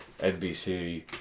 NBC